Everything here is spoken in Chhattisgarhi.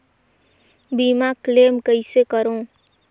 बीमा क्लेम कइसे करों?